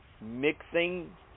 mixing